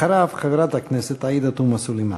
אחריו, חברת הכנסת עאידה תומא סלימאן,